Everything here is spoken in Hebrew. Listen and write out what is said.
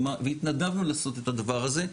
והתנדבנו לעשות את הדבר הזה.